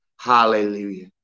Hallelujah